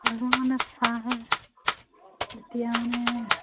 আৰু মানে ছাৰ এতিয়া মানে